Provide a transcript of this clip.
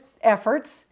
efforts